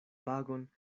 pagon